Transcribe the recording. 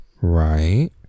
right